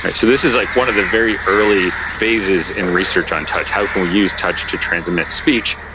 and so this is like one of the very early phases in research on touch how can we use touch to transmit speech?